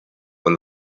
when